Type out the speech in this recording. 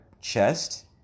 chest